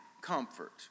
comfort